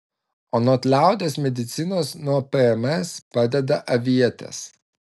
anot liaudies medicinos nuo pms padeda avietės